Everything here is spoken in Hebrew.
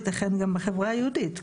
ייתכן גם בחברה היהודית,